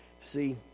See